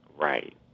Right